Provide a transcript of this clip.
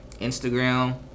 Instagram